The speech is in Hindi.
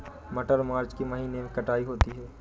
मटर मार्च के महीने कटाई होती है?